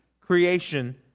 creation